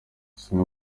zimwe